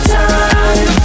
time